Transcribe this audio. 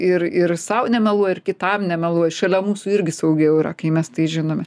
ir ir sau nemeluoji ir kitam nemeluoji šalia mūsų irgi saugiau yra kai mes tai žinome